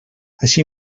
així